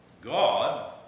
God